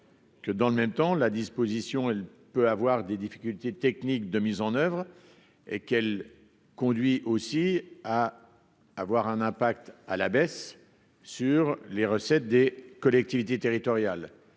Que dans le même temps, la disposition, elle peut avoir des difficultés techniques de mise en oeuvre et qu'elle conduit aussi à avoir un impact à la baisse sur les recettes des collectivités territoriales,